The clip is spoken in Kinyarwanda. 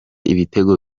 ibitego